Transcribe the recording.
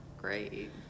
great